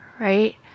right